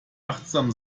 achtsam